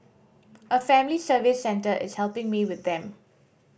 a family service centre is helping me with them